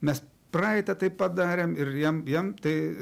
mes praeitą taip padarėm ir jam jam tai